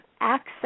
access